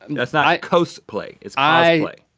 and that's not cose-play, it's i mean